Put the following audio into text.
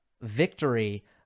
victory